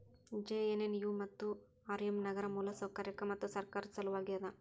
JNNU ಮತ್ತು RM ನಗರ ಮೂಲಸೌಕರ್ಯಕ್ಕ ಮತ್ತು ಸರ್ಕಾರದ್ ಸಲವಾಗಿ ಅದ